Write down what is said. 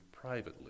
privately